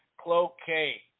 cloquet